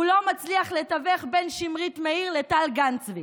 הוא לא מצליח לתווך בין שמרית מאיר לטל גן צבי.